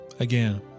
Again